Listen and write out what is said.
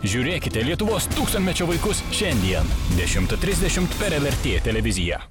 žiūrėkite lietuvos tūkstantmečio vaikus šiandien dešimtą trisdešimt per lrt televiziją